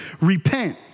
repent